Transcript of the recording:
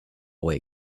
boy